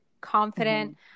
confident